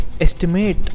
estimate